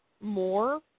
more